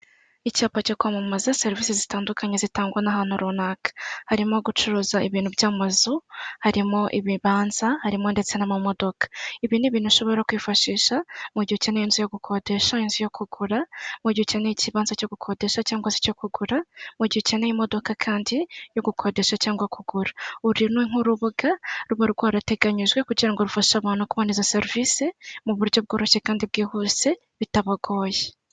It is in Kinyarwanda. Icyapa cyo kwamamaza serivisi zitandukanye zitangwa n'ahantu runaka. Harimo gucuruza ibintu by'amazu, harimo ibibanza, harimo ndetse n'amamodoka. Ibi n'ibintu ashobora kwifashisha mu gihe ukeneye inzu yo gukodesha, yo kugura mu gihe ukeneye ikibanza cyo gukodesha cyangwa se icyo kugura ngo gikeneye imodoka kandi yo gukodesha cyangwa kugura. Uru ni nk'urubuga ruba rwarateganyijwe kugira ngo rufashe abantu kubona izo serivisi mu buryo bworoshye kandi bwihuse bitabagoye.